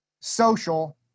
social